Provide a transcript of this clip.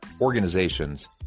organizations